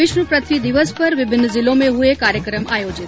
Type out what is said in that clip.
विश्व पृथ्वी दिवस पर विभिन्न जिलों में हये कार्यक्रम आयोजित